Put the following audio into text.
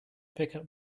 pickup